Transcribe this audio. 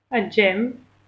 a gym